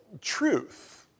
truth